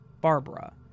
Barbara